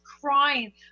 crying